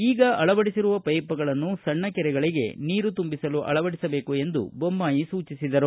ಈಗ ಅಳವಡಿಸಿರುವ ಪೈಪ್ಗಳನ್ನು ಸಣ್ಣ ಕೆರೆಗಳಿಗೆ ನೀರು ತುಂಬಿಸಲು ಅಳವಡಿಸಬೇಕು ಎಂದು ಬೊಮ್ಮಾಯಿ ಸೂಚಿಸಿದರು